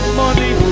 money